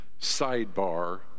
sidebar